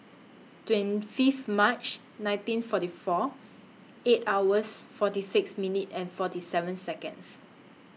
twenty Fifth March nineteen forty four eight hours forty six minutes and forty seven Seconds